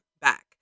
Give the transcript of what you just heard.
back